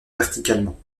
verticalement